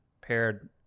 paired